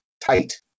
tight